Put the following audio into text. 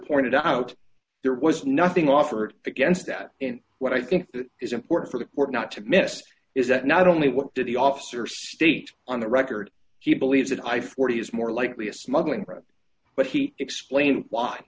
pointed out there was nothing offered against that and what i think is important for the court not to miss is that not only what did the officer state on the record he believes that i forty is more likely a smuggling route but he explained